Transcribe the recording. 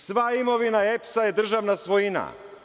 Sva imovina EPS-a je državna svojina.